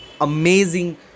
amazing